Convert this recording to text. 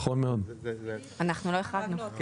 אנחנו לא החרגנו.